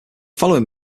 following